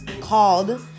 called